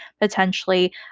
potentially